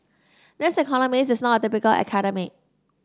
this economist is not a typical academic